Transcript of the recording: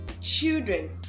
children